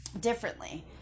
differently